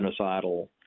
genocidal